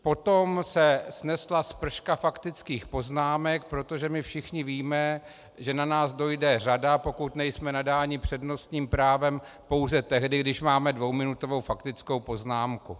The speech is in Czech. Potom se snesla sprška faktických poznámek, protože všichni víme, že na nás dojde řada, pokud nejsme nadáni přednostním právem, pouze tehdy, když máme dvouminutovou faktickou poznámku.